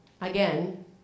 again